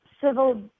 civil